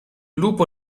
lupo